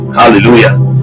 hallelujah